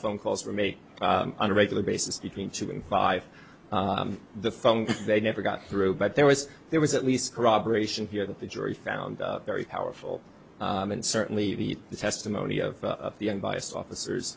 phone calls from me on a regular basis between two and five the phone they never got through but there was there was at least corroboration here that the jury found very powerful and certainly the testimony of the unbiased officers